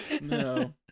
No